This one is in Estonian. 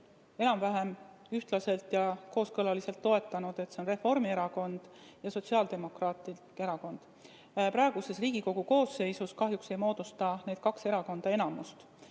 enam-vähem ühtlaselt ja kooskõlaliselt toetanud. Need on Reformierakond ja Sotsiaaldemokraatlik Erakond. Praeguses Riigikogu koosseisus kahjuks ei moodusta need kaks erakonda enamust.